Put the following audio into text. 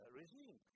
regime